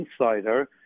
insider